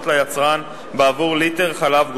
משלמות ליצרן בעבור ליטר חלב גולמי.